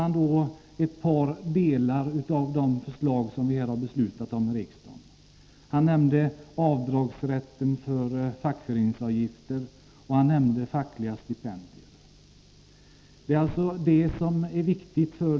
Han nämnde ett par beslut som fattats här i riksdagen och som gällde rätten till avdrag för fackföreningsavgifter och fackliga stipendier.